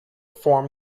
form